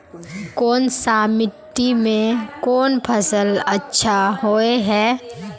कोन सा मिट्टी में कोन फसल अच्छा होय है?